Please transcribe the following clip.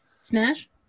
Smash